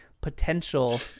potential